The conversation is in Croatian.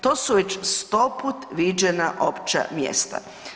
To su već stoput viđena opća mjesta.